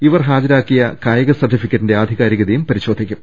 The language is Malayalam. ഇവർ ഹാജരാക്കിയ കായ്പിക സർട്ടിഫിക്കറ്റിന്റെ ആധി കാരികതയും പരിശോധിക്കും